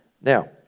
Now